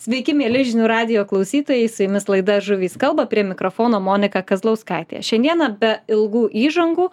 sveiki mieli žinių radijo klausytojai su jumis laida žuvys kalba prie mikrofono monika kazlauskaitė šiandieną be ilgų įžangų